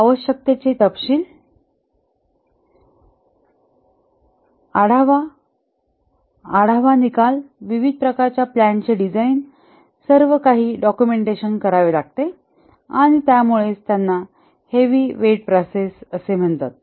आवश्यकतेचे तपशील आढावा आढावा निकाल विविध प्रकारच्या प्लॅन चे डिझाईन सर्व काही डॉक्युमेंटेशन करावे लागते आणि त्यामुळेच त्यांना हेवी वेट प्रोसेस म्हणतात